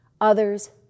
others